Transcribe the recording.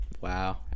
wow